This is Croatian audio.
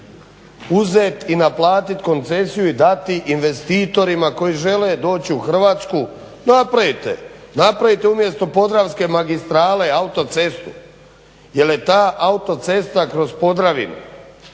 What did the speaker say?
uzeti i naplatiti koncesiju i dati investitorima koji žele doći u Hrvatsku napravite umjesto Podravske magistrale autocestu jer je ta autocesta kroz Podravinu